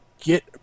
get